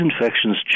infections